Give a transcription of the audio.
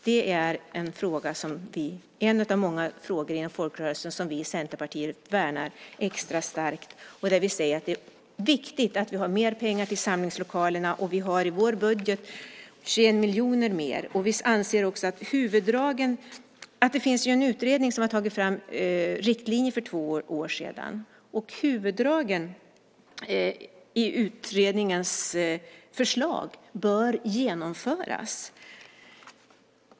Det är en av många folkrörelsefrågor som vi i Centerpartiet värnar extra starkt. Vi säger att det är viktigt med mer pengar till samlingslokaler och har också i vår budget 21 miljoner mer. En utredning tog ju fram riktlinjer för två år sedan, och vi anser att huvuddragen i utredningens förslag bör genomföras.